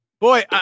Boy